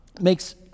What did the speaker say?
makes